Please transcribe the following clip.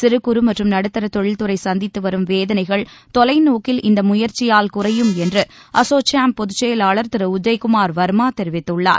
சிறு குறு மற்றும் நடுத்தர தொழில் துறை சந்தித்து வரும் வேதனைகள் தொலைநோக்கில் இந்த முயற்சியால் குறையும் என்று அசோச்சாம் பொதுச்செயலாளர் திரு உதய்குமார் வர்மா தெரிவித்துள்ளார்